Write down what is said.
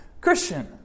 Christian